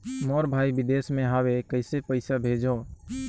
मोर भाई विदेश मे हवे कइसे पईसा भेजो?